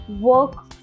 work